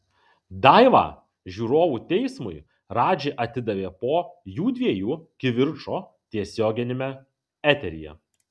daivą žiūrovų teismui radži atidavė po jųdviejų kivirčo tiesioginiame eteryje